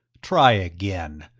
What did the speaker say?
try again.